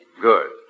Good